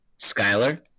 Skyler